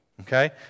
okay